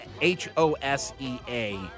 H-O-S-E-A